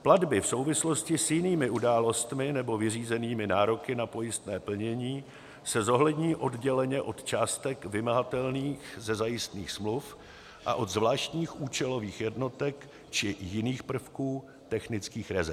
Platby v souvislosti s jinými událostmi nebo vyřízenými nároky na pojistné plnění se zohlední odděleně od částek vymahatelných ze zajistných smluv a od zvláštních účelových jednotek či jiných prvků technických rezerv.